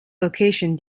location